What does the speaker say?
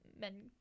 Men